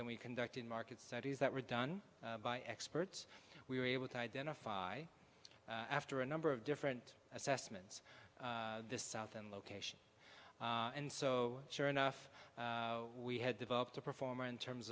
and we conducted market studies that were done by experts we were able to identify after a number of different assessments this south and location and so sure enough we had developed a performer in terms